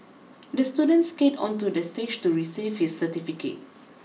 the student skated onto the stage to receive his certificate